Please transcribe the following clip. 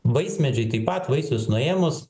vaismedžiai taip pat vaisius nuėmus